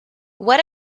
what